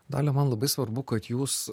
dalia man labai svarbu kad jūs